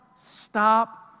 Stop